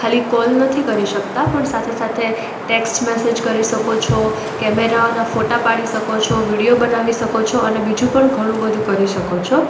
ખાલી કોલ નથી કરી શકતા પણ સાથે સાથે ટેક્સ્ટ મેસેજ કરી શકો છો કેમેરાઓના ફોટા પાડી શકો છો વિડિયો બનાવી શકો છો અને બીજું પણ ઘણું બધું કરી શકો છો